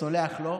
סולח לו.